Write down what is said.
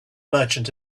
merchant